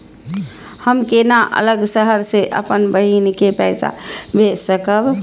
हम केना अलग शहर से अपन बहिन के पैसा भेज सकब?